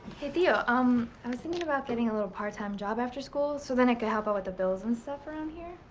hey tio, um, i was thinking about getting a little part job after school, so then i could help out with the bills and stuff around here.